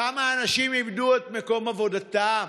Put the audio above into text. כמה אנשים איבדו את מקום עבודתם.